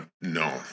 No